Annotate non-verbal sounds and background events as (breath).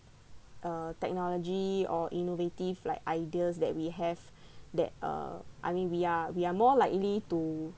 uh technology or innovative like ideas that we have (breath) that uh I mean we are we are more likely to